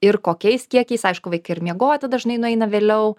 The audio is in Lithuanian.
ir kokiais kiekiais aišku vaikai ir miegoti dažnai nueina vėliau